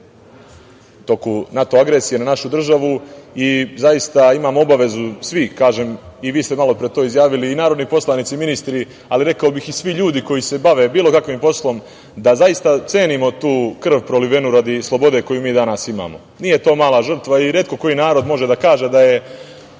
toku NATO agresije na našu državu. Zaista imam obavezu, a i vi ste malopre to izjavili, kao i narodni poslanici i ministri, ali rekao bih i svi ljudi koji se bave bilo kojim poslom, da zaista cenimo tu krv prolivenu radi slobode koju mi danas imamo. Nije to mala žrtva. Retko koji narod može da kaže,